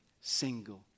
single